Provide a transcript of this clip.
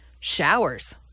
Showers